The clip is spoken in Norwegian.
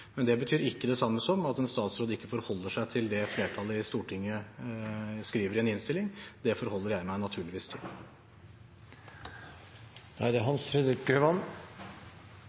men det betyr ikke det samme som at en statsråd ikke forholder seg til det flertallet i Stortinget skriver i en innstilling. Det forholder jeg meg naturligvis